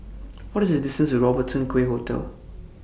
What IS The distance to Robertson Quay Hotel